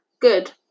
good